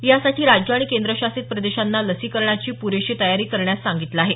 यासाठी राज्य आणि केंद्रशासित प्रदेशांना लसीकरणाची पुरेशी तयारी करण्यास सांगितलं आहे